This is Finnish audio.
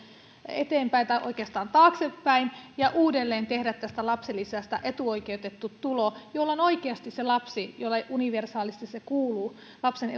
eteenpäin tai oikeastaan taaksepäin ja uudelleen tehdä lapsilisästä etuoikeutettu tulo jolloin se oikeasti kuuluu lapselle universaalisti lapsen